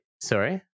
sorry